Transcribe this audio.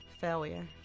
Failure